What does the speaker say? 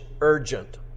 urgent